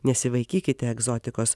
nesivaikykite egzotikos